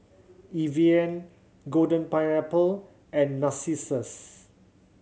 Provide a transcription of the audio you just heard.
Evian Golden Pineapple and Narcissus